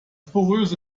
poröse